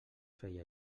feia